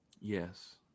Yes